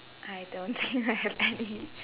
I don't think I have any